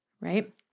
right